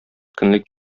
көнлек